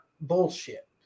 bullshit